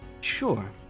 Sure